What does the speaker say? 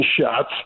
shots